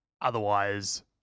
Otherwise